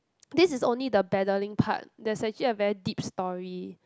this is only the battling part there's actually a very deep story